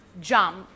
Jump